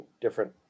different